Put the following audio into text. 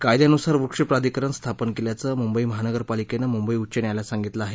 कायदयानुसार वृक्ष प्राधिकरण स्थापन केल्याचं मुंबई महानगरपालिकेनं मुंबई उच्च न्यायालयात सांगितलं आहे